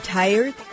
tired